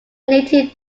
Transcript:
native